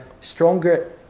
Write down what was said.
stronger